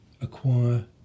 acquire